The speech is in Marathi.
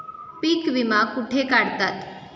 पीक विमा कुठे काढतात?